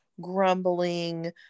grumbling